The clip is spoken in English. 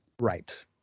Right